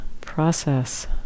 process